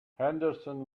henderson